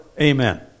Amen